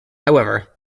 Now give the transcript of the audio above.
however